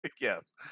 Yes